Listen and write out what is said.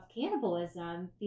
cannibalism